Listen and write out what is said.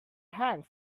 hang